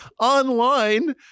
online